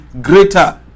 greater